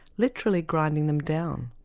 literally grinding them down,